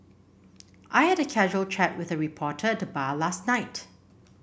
I had a casual chat with a reporter at the bar last night